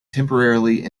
temporarily